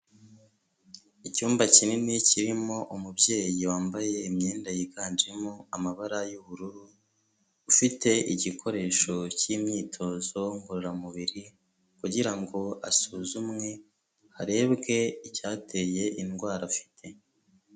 Icyumba kinini kirimo umubyeyi wambaye imyenda yiganjemo amabara y'ubururu, ufite igikoresho cy'imyitozo ngororamubiri kugira ngo asuzumwe, harebwe icyateye indwara afite.